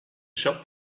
shop